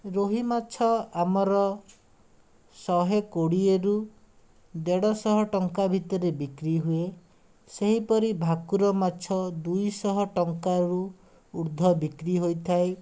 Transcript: ରୋହି ମାଛ ଆମର ଶହେ କୋଡ଼ିଏରୁ ଦେଢ଼ଶହ ଟଙ୍କା ଭିତରେ ବିକ୍ରି ହୁଏ ସେହିପରି ଭାକୁର ମାଛ ଦୁଇଶହ ଟଙ୍କାରୁ ଉର୍ଦ୍ଧ୍ୱ ବିକ୍ରି ହୋଇଥାଏ